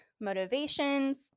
motivations